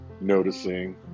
noticing